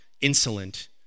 insolent